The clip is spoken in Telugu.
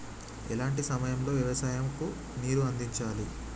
ఎలాంటి సమయం లో వ్యవసాయము కు నీరు అందించాలి?